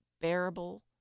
bearable